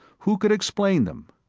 who could explain them?